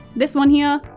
this one here,